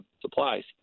supplies